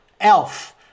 Elf